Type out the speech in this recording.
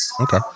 okay